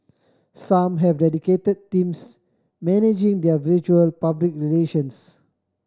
some have dedicated teams managing their virtual public relations